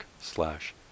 slash